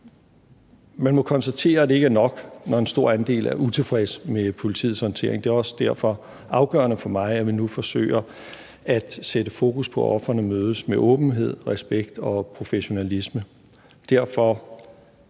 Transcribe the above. Man må konstatere, at det ikke er nok, når en stor andel er utilfredse med politiets håndtering. Det er også derfor afgørende for mig, at vi nu forsøger at sætte fokus på, at ofrene mødes med åbenhed, respekt og professionalisme. Derfor